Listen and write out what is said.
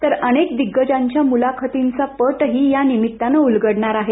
तर अनेक दिग्गजांच्या मुलाखतींचा पटही यानिमित्तानं उलगडणार आहे